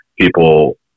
people